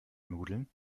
nudeln